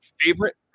favorite